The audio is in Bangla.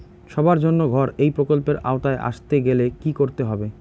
সবার জন্য ঘর এই প্রকল্পের আওতায় আসতে গেলে কি করতে হবে?